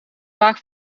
vaak